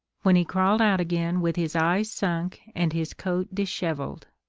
when he crawled out again with his eyes sunk and his coat dishevelled.